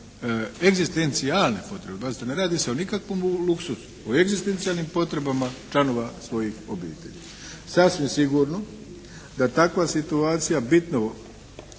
egzistencijalne potrebe. Pazite ne radi se o nikakvom luksuzu, o egzistencijalnim potrebama članova svojih obitelji. Sasvim sigurno da takva situacija bitno